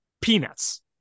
peanuts